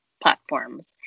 platforms